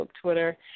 Twitter